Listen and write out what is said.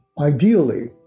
Ideally